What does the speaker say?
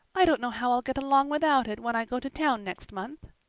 i don't know how i'll get along without it when i go to town next month.